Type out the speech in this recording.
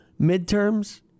midterms